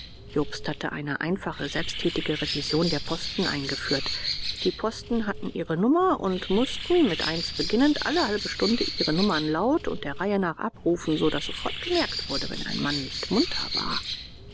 jobst hatte eine einfache selbsttätige revision der posten eingeführt die posten hatten ihre nummer und mußten mit eins beginnend alle halbe stunde ihre nummern laut und der reihe nach abrufen so daß sofort gemerkt wurde wenn ein mann nicht munter war